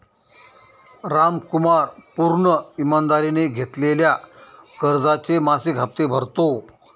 रामकुमार पूर्ण ईमानदारीने घेतलेल्या कर्जाचे मासिक हप्ते भरतो